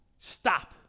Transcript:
stop